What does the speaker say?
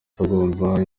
tugomba